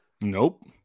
nope